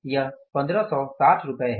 यह 1560 रुपये है